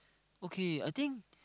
okay I think